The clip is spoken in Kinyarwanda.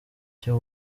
icyo